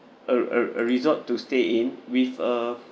a r~ a r~ a resort to stay in with a